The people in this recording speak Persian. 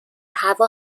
هوا